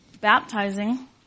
baptizing